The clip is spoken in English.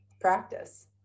practice